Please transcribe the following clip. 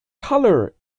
colour